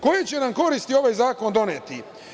Koje će nam koristi ovaj zakon doneti?